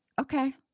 Okay